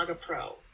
Pro